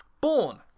Born